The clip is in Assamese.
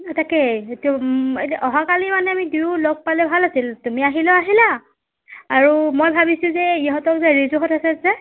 তাকে সেইটো অহাকালি মানে আমি দুয়ো লগ পালে ভাল আছিল তুমি আহিলেও আহিলা আৰু মই ভাবিছোঁ যে ইহঁতৰ যে ৰিজুহঁত আছে যে